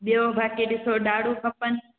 ॿियों बाक़ी ॾिसो ॾाड़ू खपनि